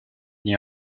n’y